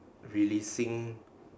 releasing